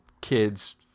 kids